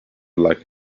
like